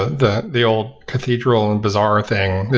the the old cathedral and bizarre thing,